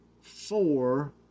four